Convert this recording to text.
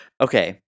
okay